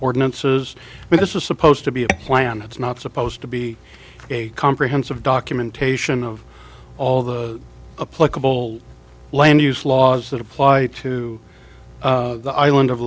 ordinances but this is supposed to be a plan it's not supposed to be a comprehensive documentation of all the pluggable land use laws that apply to the island of